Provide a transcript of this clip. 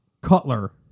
Cutler